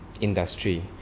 Industry